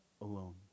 alone